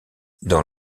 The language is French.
dans